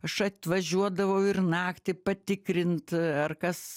aš atvažiuodavau ir naktį patikrint ar kas